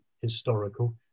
historical